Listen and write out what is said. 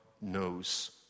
knows